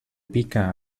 pica